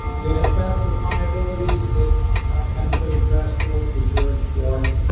we had asbestos liabilities that hadn't been addressed or reserved for.